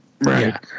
Right